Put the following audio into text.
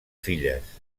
filles